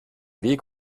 weg